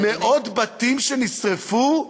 במאות בתים שנשרפו?